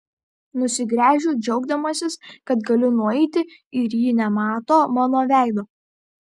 nusigręžiu džiaugdamasis kad galiu nueiti ir ji nemato mano veido